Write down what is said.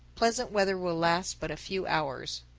pleasant weather will last but a few hours.